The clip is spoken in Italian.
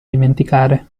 dimenticare